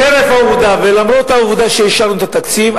חרף העובדה ולמרות העובדה שאישרנו את התקציב,